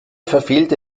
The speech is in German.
verfehlte